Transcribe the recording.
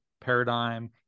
paradigm